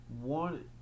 one